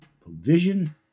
provision